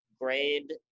grade